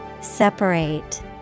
Separate